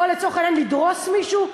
או לצורך העניין לדרוס מישהו,